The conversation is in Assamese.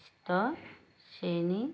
স্তৰ শ্ৰেণীৰ